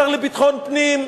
השר לביטחון הפנים,